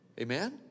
Amen